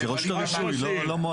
שרשות הרישוי, לא מועצה.